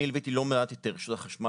אני ליוויתי לא מעט את התהליך של החשמל,